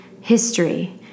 history